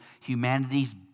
humanity's